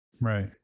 Right